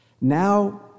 Now